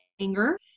anger